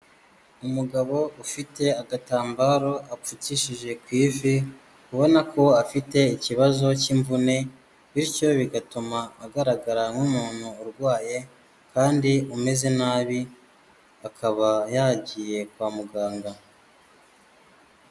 Umugabo ufite agatambaro apfukishije ku ivi ubona ko afite ikibazo cy'imvune bityo bigatuma agaragara nk'umuntu urwaye kandi umeze nabi. Akaba yagiye kwa muganga.